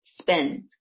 spend